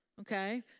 okay